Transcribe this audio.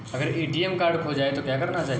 अगर ATM card खो जाए तो क्या करना चाहिए?